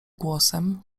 głosem